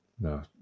No